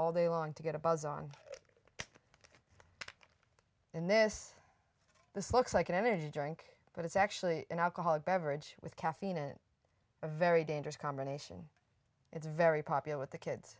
all day long to get a buzz on and this this looks like an energy drink but it's actually an alcoholic beverage with caffeine and a very dangerous combination it's very popular with the kids